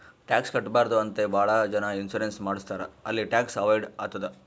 tax ಕಟ್ಬಾರ್ದು ಅಂತೆ ಭಾಳ ಜನ ಇನ್ಸೂರೆನ್ಸ್ ಮಾಡುಸ್ತಾರ್ ಅಲ್ಲಿ ಟ್ಯಾಕ್ಸ್ ಅವೈಡ್ ಆತ್ತುದ್